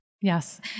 Yes